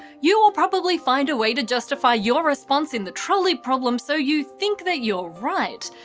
you will probably find a way to justify your response in the trolley problem so you think that you're right,